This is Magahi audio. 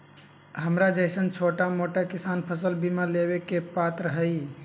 हमरा जैईसन छोटा मोटा किसान फसल बीमा लेबे के पात्र हई?